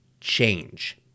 change